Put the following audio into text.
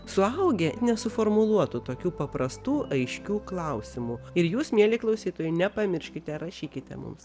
suaugę nesuformuluotų tokių paprastų aiškių klausimų ir jūs mieli klausytojai nepamirškite rašykite mums